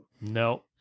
No